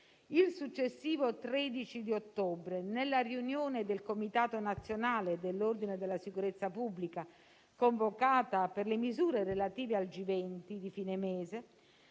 Il successivo 13 ottobre, nella riunione del Comitato nazionale dell'ordine e della sicurezza pubblica convocata per le misure relative al G20 di fine mese,